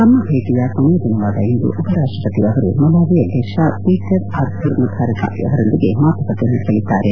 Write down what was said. ತಮ್ನ ಭೇಟಿಯ ಕೊನೆಯ ದಿನವಾದ ಇಂದು ಉಪರಾಷ್ಲಪತಿ ಅವರು ಮಲಾವಿ ಅಧ್ಯಕ್ಷ ಪೀಟರ್ ಆರ್ಥುರ್ ಮುಥಾರಿಕಾ ಅವರೊಂದಿಗೆ ಮಾತುಕತೆ ನಡೆಸಲಿದ್ದಾರೆ